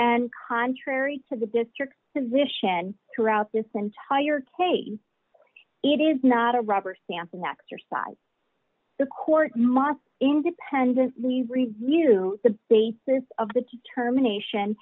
and contrary to the district position throughout this entire taking it is not a rubber stamp an exercise the court must independently review the basis of the determination